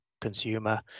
consumer